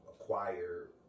acquire